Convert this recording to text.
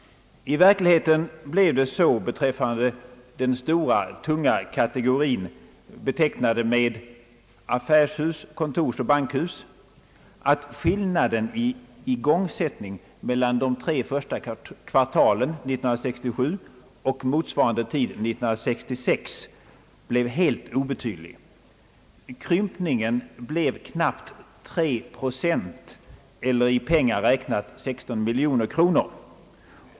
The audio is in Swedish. I verkligheten blev det så beträffande den stora tunga kategorin, betecknad »affärshus, kontorsoch bankhus», att skillnaden i igångsättning mellan de tre första kvartalen 1967 och motsvarande tid 1966 var helt obetydlig. Krympningen blev knappt 3 procent, eller i pengar räknat 16 miljoner kronor.